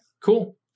Cool